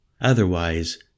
otherwise